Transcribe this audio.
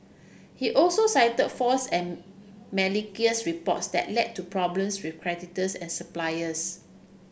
he also cited false and reports that led to problems with creditors and suppliers